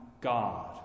God